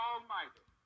Almighty